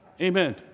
Amen